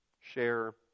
Share